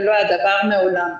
ולא היה דבר מעולם.